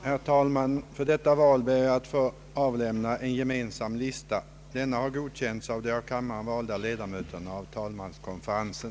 Herr talman! För detta val ber jag att få avlämna en gemensam lista. Denna har godkänts av de av kammaren valda ledamöterna i talmanskonferensen.